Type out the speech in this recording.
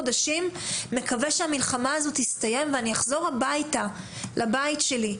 מקווים שבעוד שלושה חודשים המלחמה הזאת תסתיים והם יחזרו לבית שלהם.